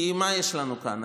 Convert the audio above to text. כי מה יש לנו כאן?